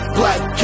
black